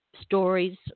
stories